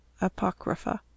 Apocrypha